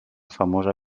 famosa